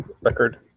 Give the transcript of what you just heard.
record